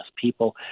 people